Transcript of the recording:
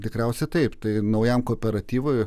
tikriausiai taip tai naujam kooperatyvui